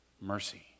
Mercy